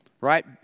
Right